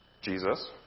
Jesus